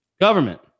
Government